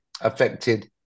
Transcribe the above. affected